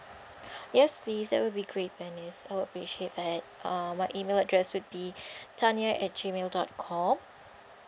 yes please that will be great bernice I will appreciate that um my email address would be tanya at G mail dot com